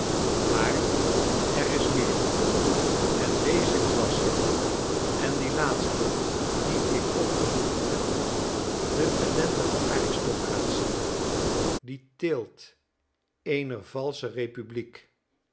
maar er is meer en deze klasse en die laatste die ik opgenoemd heb de ellendige aristocratie die teelt eener valsche republiek